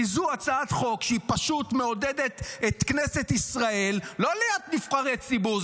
כי זו הצעת חוק שפשוט מעודדת את כנסת ישראל לא להיות נבחרי ציבור.